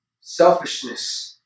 selfishness